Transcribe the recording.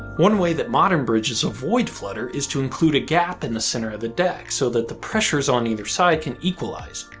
one way that modern bridges avoid flutter is to include a gap in the center of the deck so that the pressures on either side can equalize.